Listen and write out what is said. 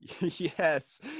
Yes